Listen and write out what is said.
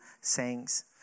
sayings